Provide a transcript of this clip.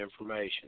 information